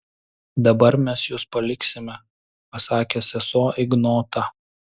dabar mes jus paliksime pasakė sesuo ignotą